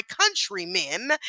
countrymen